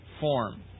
form